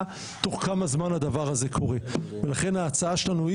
תוך כמה זמן הדבר הזה קורה ולכן ההצעה שלנו,